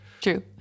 True